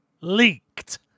leaked